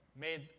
made